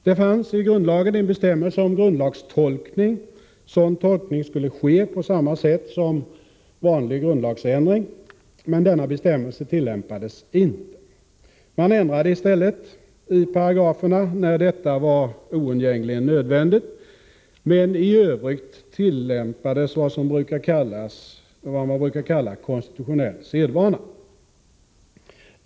Det fanns i grundlagen bestämmelser om grundlagstolkning — sådan tolkning skulle ske på samma sätt som vanlig grundlagsändring — men dessa bestämmelser tillämpades inte. Man ändrade i stället i paragraferna, när detta blev oundgängligen nödvändigt, men i övrigt tillämpades vad man brukar kalla konstitutionell sedvana.